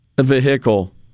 vehicle